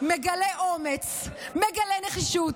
מגלה אומץ, מגלה נחישות,